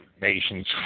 nations